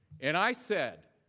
and i said,